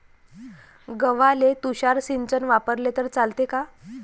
गव्हाले तुषार सिंचन वापरले तर चालते का?